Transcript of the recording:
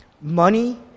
money